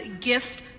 gift